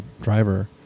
driver